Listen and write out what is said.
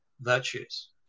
virtues